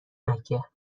مکه